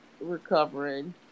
recovering